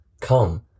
come